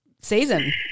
season